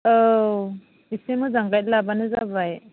औ एसे मोजां गाइड लाबानो जाबाय